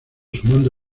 sumando